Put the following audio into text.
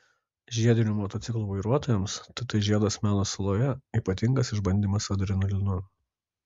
žiedinių motociklų vairuotojams tt žiedas meno saloje ypatingas išbandymas adrenalinu